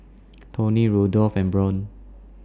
Toney Rudolph and Brant